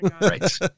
right